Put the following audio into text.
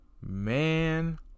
Man